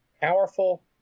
powerful